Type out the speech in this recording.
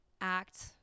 act